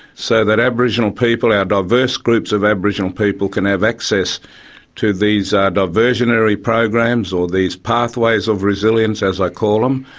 so that aboriginal people, our diverse groups of aboriginal people can have access to these ah diversionary programs or these pathways of resilience, as i call them,